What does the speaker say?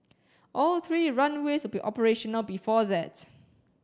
all three runways will be operational before that